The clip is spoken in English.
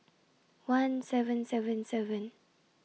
one seven seven seven